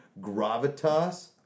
gravitas